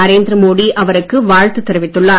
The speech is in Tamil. நரேந்திர மோடி அவருக்கு வாழ்த்து தெரிவித்துள்ளார்